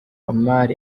omar